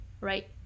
right